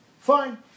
fine